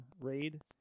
raid